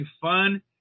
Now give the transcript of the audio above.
fun